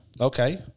Okay